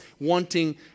wanting